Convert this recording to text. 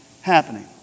happening